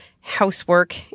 housework